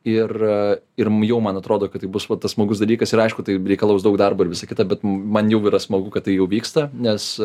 ir irm jau man atrodo kad tai bus va tas smagus dalykas ir aišku tai reikalaus daug darbo ir visa kita bet man jau yra smagu kad tai jau vyksta nes